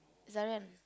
Zharain